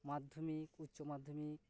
ᱢᱟᱫᱷᱚᱢᱤᱠ ᱩᱪᱪᱚ ᱢᱟᱫᱷᱚᱢᱤᱠ